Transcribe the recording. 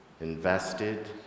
invested